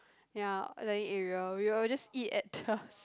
ya dining area we will just eat at the